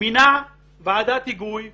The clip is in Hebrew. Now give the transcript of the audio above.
מינה ועדת היגוי לידי.